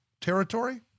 territory